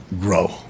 grow